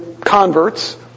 converts